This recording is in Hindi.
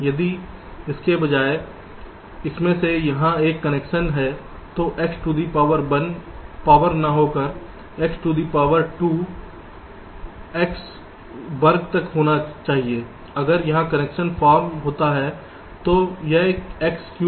यदि इसके बजाय इसमें से यहाँ एक कनेक्शन है तो x to the power 1 power न होकर यह x to the power 2 x वर्ग तक होना चाहिए अगर यहां कनेक्शन फॉर्म होता है तो यह x क्यूब होगा